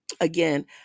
again